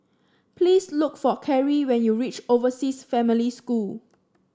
please look for Carrie when you reach Overseas Family School